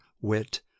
wit